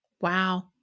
Wow